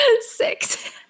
six